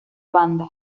banda